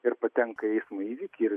ir patenka į eismo įvykį ir